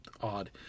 odd